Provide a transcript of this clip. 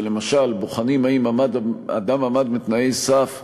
שלמשל בוחנים אם אדם עמד בתנאי סף,